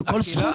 כל סכום?